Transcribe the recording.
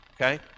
okay